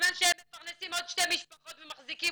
בזמן שהם מפרנסים עוד שתי משפחות ומחזיקים